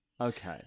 Okay